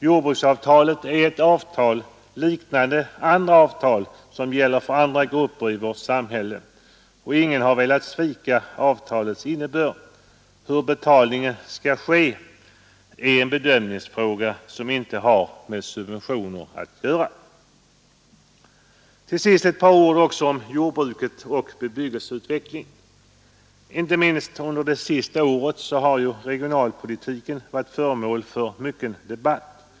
Jordbruksavtalet är ett avtal liknande de avtal som gäller för andra grupper i vårt samhälle. Ingen har velat svika avtalets innebörd — hur betalningen skall ske är en bedömningsfråga som inte har med subventioner att göra. Till sist några ord också om jordbruket och bebyggelseutvecklingen. Inte minst under det senaste året har regionalpolitiken varit föremål för debatt.